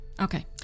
okay